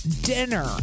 dinner